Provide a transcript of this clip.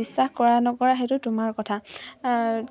বিশ্বাস কৰা নকৰা সেইটো তোমাৰ কথা